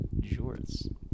Jorts